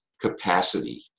capacity